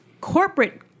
corporate